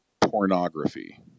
pornography